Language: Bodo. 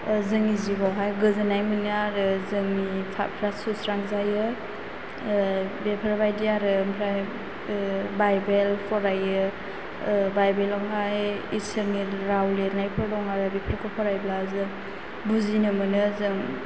जोंनि जिउआव हाय गोजोन्नाय मोनो आरो जोंनि फाबफ्रा सुस्रां जायो बेफोरबादि आरो ओमफ्राय बाइबेल फरायो बाइबेलाव हाय इसोरनि राव लिरनायफोर दं आरो बेखौ फरायब्ला जों बुजिनो मोनो जों